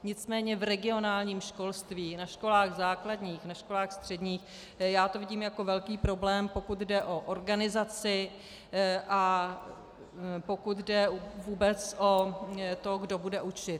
Nicméně v regionálním školství, na školách základních, na školách středních já to vidím jako velký problém, pokud jde o organizaci a pokud jde vůbec o to, kdo bude učit.